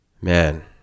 Man